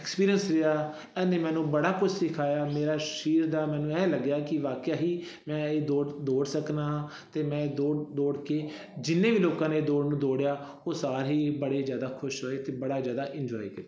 experience ਰਿਹਾ ਇਹਨੇ ਮੈਨੂੰ ਬੜਾ ਕੁਝ ਸਿਖਾਇਆ ਮੇਰਾ ਸਰੀਰ ਦਾ ਮੈਨੂੰ ਐਂ ਲੱਗਿਆ ਕਿ ਵਾਕਆ ਹੀ ਮੈਂ ਇਹ ਦੌੜ ਦੌੜ ਸਕਦਾ ਹਾਂ ਅਤੇ ਮੈਂ ਇਹ ਦੌੜ ਦੌੜ ਕੇ ਜਿੰਨੇ ਵੀ ਲੋਕਾਂ ਨੇ ਇਹ ਦੌੜ ਨੂੰ ਦੌੜਿਆ ਉਹ ਸਾਰੇ ਹੀ ਬੜੇ ਜ਼ਿਆਦਾ ਖੁਸ਼ ਹੋਏ ਅਤੇ ਬੜਾ ਜ਼ਿਆਦਾ ਇੰਜੋਏ ਕੀਤਾ